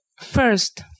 first